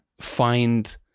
find